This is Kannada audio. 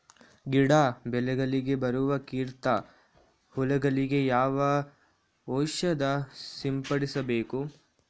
ಗಿಡ, ಬೆಳೆಗಳಿಗೆ ಬರುವ ಕೀಟ, ಹುಳಗಳಿಗೆ ಯಾವ ಔಷಧ ಸಿಂಪಡಿಸಬೇಕು?